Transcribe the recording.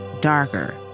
darker